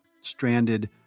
stranded